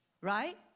right